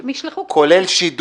כולל לא